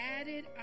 added